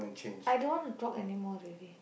I don't want to talk anymore already